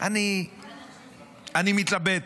אני מתלבט.